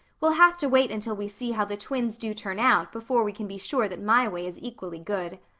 we'll have to wait until we see how the twins do turn out before we can be sure that my way is equally good.